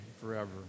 forever